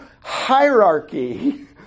hierarchy